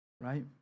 Right